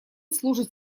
служит